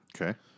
Okay